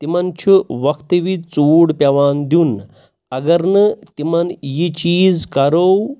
تِمَن چھُ وَقتہٕ وِز ژوٗر پٮ۪وان دیُن اگر نہٕ تِمَن یہِ چیٖز کَرو